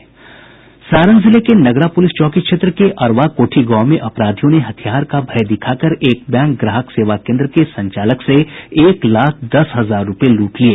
सारण जिले के नगरा पुलिस चौकी क्षेत्र के अरवा कोठी गांव में अपराधियों ने हथियार का भय दिखाकर एक बैंक ग्राहक सेवा केन्द्र के संचालक से एक लाख दस हजार रुपये लूट लिये